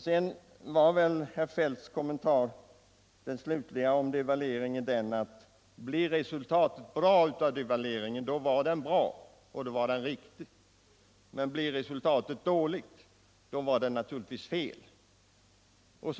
Sedan var väl herr Feldts slutliga kommentar om devalveringen den, att on resultatet av devalveringen blir bra, så var den bra och riktig, men om resultatet blir dåligt. så var devalveringen naturligtvis felakug.